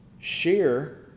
share